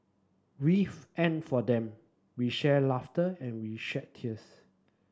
with and for them we shared laughter and we shed tears